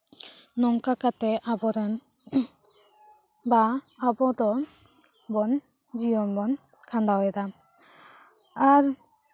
ᱱᱚᱝᱠᱟ ᱠᱟᱛᱮᱜ ᱟᱵᱚᱨᱮᱱ ᱵᱟ ᱟᱵᱚ ᱫᱚ ᱵᱚᱱ ᱡᱤᱭᱚᱱ ᱵᱚᱱ ᱠᱷᱟᱰᱟᱣ ᱮᱫᱟ ᱟᱨ